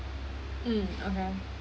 mm okay